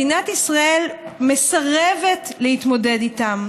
מדינת ישראל מסרבת להתמודד איתם.